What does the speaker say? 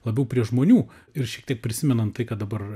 labiau prie žmonių ir šiek tiek prisimenant tai kad dabar